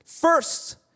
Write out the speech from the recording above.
first